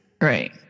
Right